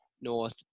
North